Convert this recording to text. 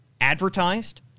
advertised